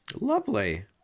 Lovely